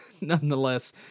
nonetheless